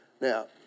Now